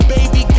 Baby